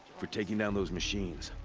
for taking down those machines.